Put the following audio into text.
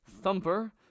Thumper